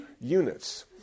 units